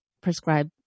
prescribe